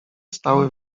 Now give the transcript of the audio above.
stały